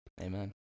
Amen